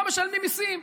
לא משלמים מיסים.